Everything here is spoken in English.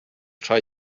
try